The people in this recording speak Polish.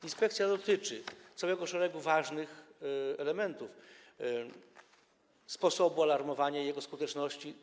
Inspekcja dotyczy całego szeregu ważnych elementów, w tym sposobu alarmowania i jego skuteczności.